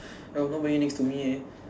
no~ nobody next to me eh